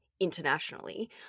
Internationally